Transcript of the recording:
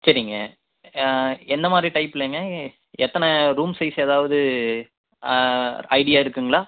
சரிங்க என்ன மாதிரி டைப்பிலங்க எத்தனை ரூம் சைஸ் எதாவது ஐடியா இருக்குங்களா